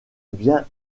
bien